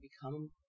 become